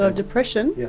ah depression? yeah